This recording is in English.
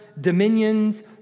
dominions